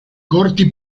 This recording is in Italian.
corti